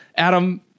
Adam